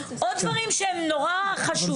עוד דברים שהם נורא חשובים.